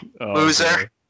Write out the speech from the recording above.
loser